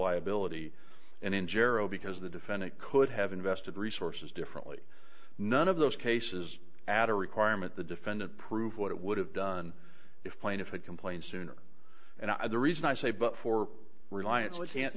liability and in general because the defendant could have invested resources differently none of those cases add a requirement the defendant prove what it would have done if plaintiff had complained sooner and i the reason i say but for reliance which can't